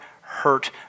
hurt